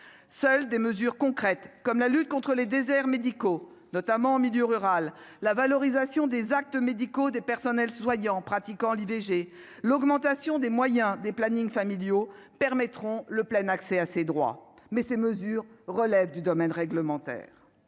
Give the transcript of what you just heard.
seules des mesures concrètes, comme la lutte contre les déserts médicaux, notamment en milieu rural, la valorisation des actes médicaux des personnels soignants pratiquant l'IVG, l'augmentation des moyens, des plannings familiaux permettront le plein accès à ces droits, mais ces mesures relèvent du domaine réglementaire,